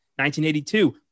1982